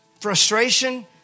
frustration